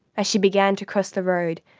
as she began to cross the road,